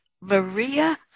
Maria